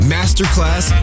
Masterclass